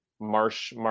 marsh